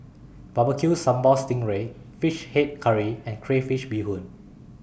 Barbecue Sambal Sting Ray Fish Head Curry and Crayfish Beehoon